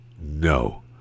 No